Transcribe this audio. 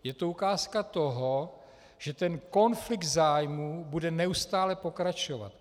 Je to ukázka toho, že ten konflikt zájmů bude neustále pokračovat.